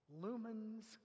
lumens